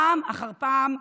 פעם אחר פעם,